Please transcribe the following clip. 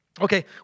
Okay